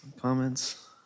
comments